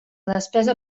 despesa